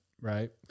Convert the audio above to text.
right